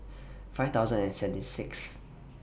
five thousand and seventy Sixth